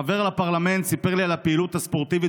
חבר הפרלמנט סיפר לי על הפעילות הספורטיבית